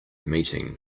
meeting